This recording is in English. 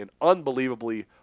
unbelievably